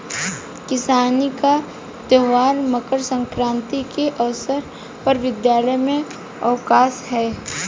किसानी का त्यौहार मकर सक्रांति के अवसर पर विद्यालय में अवकाश है